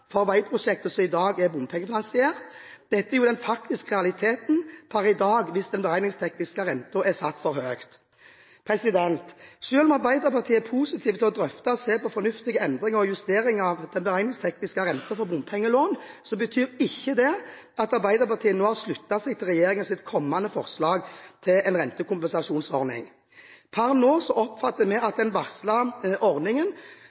for veiprosjekter som i dag er bompengefinansiert. Dette er jo den faktiske realiteten per i dag, hvis den beregningstekniske renten er satt for høyt. Selv om Arbeiderpartiet er positiv til å drøfte og se på fornuftige endringer og justeringer av den beregningstekniske renten for bompengelån, betyr ikke det at Arbeiderpartiet nå har sluttet seg til regjeringens kommende forslag til en rentekompensasjonsordning. Per nå oppfatter vi den varslede ordningen som at